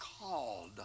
called